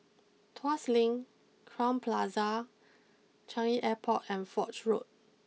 Tuas Link Crowne Plaza Changi Airport and Foch Road